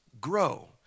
grow